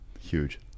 Huge